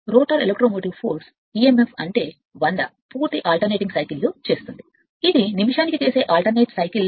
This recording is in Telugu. రోటర్ e m f అంటే 100 పూర్తి ప్రతిక్షేపణప్రతిక్షేపణన్ని చేయడానికి ఎలెక్ట్రోమోటివ్ ఫోర్స్ గమనించబడుతుంది ఇది నిమిషానికి ప్రతిక్షేపణ